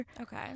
Okay